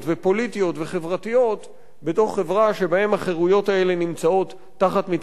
וחברתיות בתוך חברה שבה החירויות האלה נמצאות תחת מתקפה כבדה.